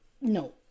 No